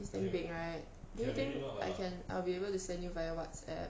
you can bake right do you think you I can I'll be able to send you via whatsapp